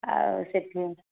ଆଉ ସେଠି